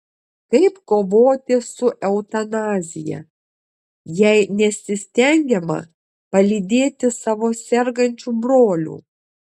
kaip kovoti su eutanazija jei nesistengiama palydėti savo sergančių brolių